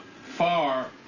far